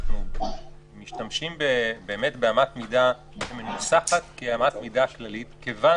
אנחנו משתמשים באמת מידה שמנוסחת כאמת מידה כללית כיוון